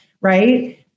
right